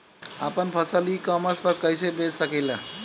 आपन फसल e-commerce पर कईसे बेच सकिले?